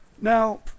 Now